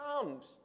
comes